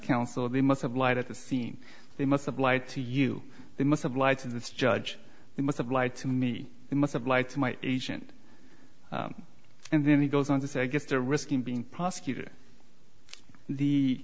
counsel they must have light at the scene they must have lied to you they must have lighted this judge they must have lied to me it must have lied to my agent and then he goes on to say i guess they're risking being prosecuted the